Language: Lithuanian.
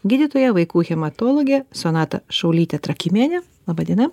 gydytoja vaikų hematologė sonata šaulytė trakymienė laba diena